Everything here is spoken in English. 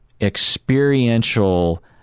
experiential